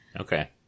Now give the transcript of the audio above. Okay